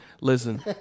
listen